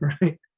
right